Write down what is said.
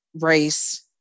race